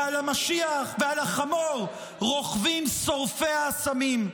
ועל החמור רוכבים שורפי האסמים.